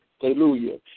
Hallelujah